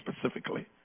specifically